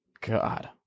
God